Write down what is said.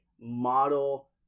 model